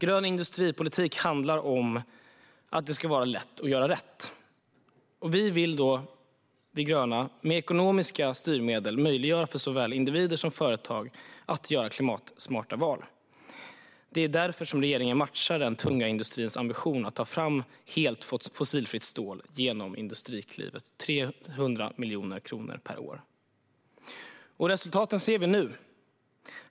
Grön industripolitik handlar om att det ska vara lätt att göra rätt. Vi vill med ekonomiska styrmedel möjliggöra för såväl individer som företag att göra klimatsmarta val. Det är därför som regeringen matchar den tunga industrins ambition att ta fram helt fossilfritt stål genom satsningen Industriklivet, som innebär 300 miljoner kronor per år. Resultaten ser vi nu.